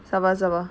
sabar sabar